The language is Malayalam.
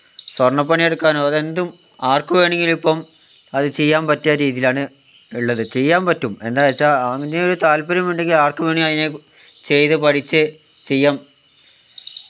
സ്വർണ്ണപ്പണിയെടുക്കാനോ അതെന്തും ആർക്കു വേണമെങ്കിലും ഇപ്പം അത് ചെയ്യാൻ പറ്റിയ രീതിയിലാണ് ഉള്ളത് ചെയ്യാൻ പറ്റും എന്താണെന്നു വച്ചാൽ അങ്ങനെയൊരു താല്പര്യമുണ്ടെങ്കിൽ ആർക്കു വേണമെങ്കിലും അതിനെ ചെയ്തു പഠിച്ച് ചെയ്യാം